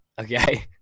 Okay